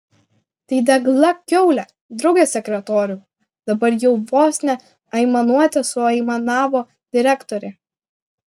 tai degla kiaulė drauge sekretoriau dabar jau vos ne aimanuote suaimanavo direktorė